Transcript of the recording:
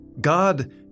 God